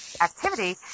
activity